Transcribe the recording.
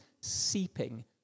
seeping